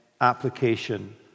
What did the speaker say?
application